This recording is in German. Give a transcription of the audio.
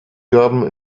gaben